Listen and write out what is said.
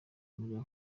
muri